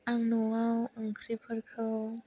आं न'आव ओंख्रिफोरखौ